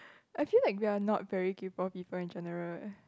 I feel like we are not very kaypo people in general eh